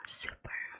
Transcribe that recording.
super